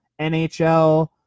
nhl